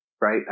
right